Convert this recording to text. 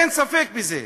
אין ספק בזה.